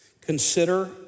Consider